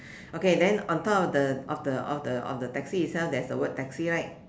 okay then on top of the of the of the of the taxi itself there's the word taxi right